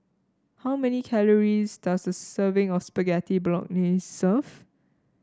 how many calories does a serving of Spaghetti Bolognese serve